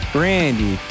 Brandy